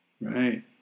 Right